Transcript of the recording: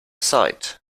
aside